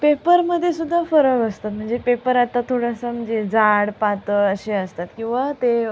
पेपरमध्ये सुद्धा फरक असतात म्हणजे पेपर आता थोडासा म्हणजे जाड पातळ असे असतात किंवा ते